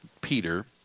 Peter